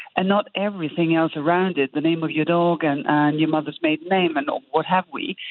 and not everything else around it. the name of your dog and your mother's maiden name and not what have we.